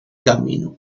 camino